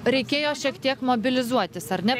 reikėjo šiek tiek mobilizuotis ar ne